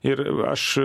ir aš